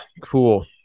cool